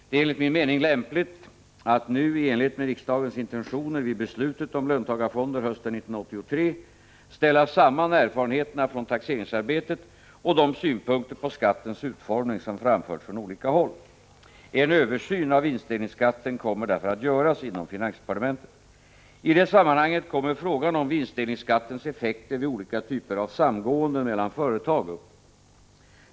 Det är enligt min mening lämpligt att nu — i enlighet med riksdagens intentioner vid beslutet om löntagarfonder hösten 1983 — ställa samman erfarenheterna från taxeringsarbetet och de synpunkter på skattens utformning som framförts från olika håll. En översyn av vinstdelningsskatten kommer därför att göras inom finansdepartementet. I det sammanhanget kommer frågan om vinstdelningsskattens effekter vid olika typer av samgående mellan företag upp.